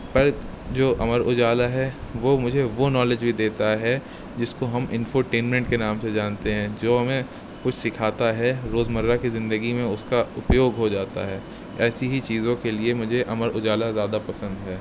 پر جو امر اجالا ہے وہ مجھے وہ نالج بھی دیتا ہے جس کو ہم انفوٹینمنٹ کے نام سے جانتے ہیں جو ہمیں کچھ سکھاتا ہے روز مرہ کی زندگی میں اس کا اپیوگ ہو جاتا ہے ایسی ہی چیزوں کے لیے مجھے امر اجالا زیادہ پسند ہے